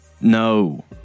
No